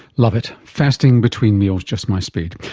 love it. fasting between meals, just my speed!